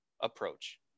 approach